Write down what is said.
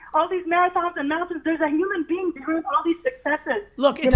all these marathons and mountains, there's a human being behind all these successes. look,